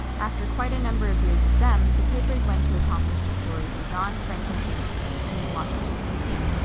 after quite a number of years with them, the papers went to accomplished historian john franklin jameson in washington, dc.